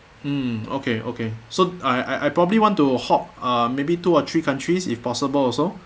mm okay okay so I I I probably want to hop uh maybe two or three countries if possible also